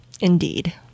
indeed